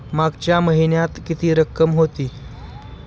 मागच्या महिन्यात किती रक्कम होती?